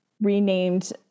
renamed